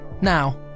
Now